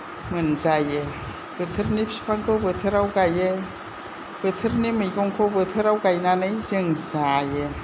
मोनजायो बोथोरनि फिफांखौ बोथोराव गायो बोथोरनि मैगंखौ बोथोराव गायनानै जों जायो